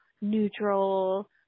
neutral